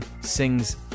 sings